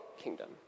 kingdom